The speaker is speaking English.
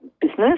business